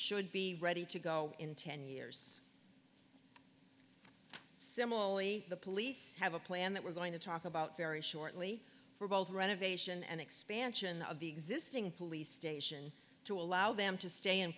should be ready to go in ten years similarly the police have a plan that we're going to talk about very shortly for both renovation and expansion of the existing police station to allow them to stay in